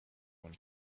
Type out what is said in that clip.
one